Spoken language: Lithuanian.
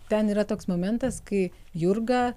ten yra toks momentas kai jurga